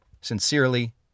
Sincerely